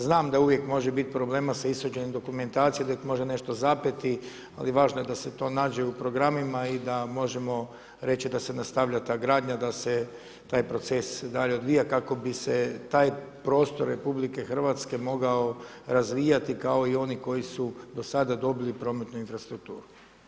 Znam da uvijek može biti problema sa ishođenjem dokumentacije, da ih može nešto zapeti, ali važno je da se to nađe u programima i da možemo reći da se nastavlja te gradnja, da se taj proces dalje odvija, kako bi se taj prostor RH mogao razvijati kao i oni koji su do sada dobili prometnu infrastrukturu.